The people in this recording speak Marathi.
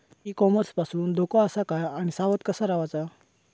ई कॉमर्स पासून धोको आसा काय आणि सावध कसा रवाचा?